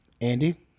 Andy